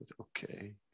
okay